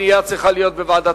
הפנייה צריכה להיות לוועדת